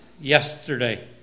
yesterday